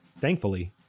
Thankfully